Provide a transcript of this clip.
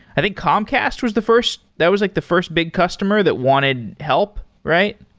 i think comcast was the first. that was like the first big customer that wanted help, right?